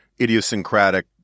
idiosyncratic